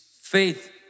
faith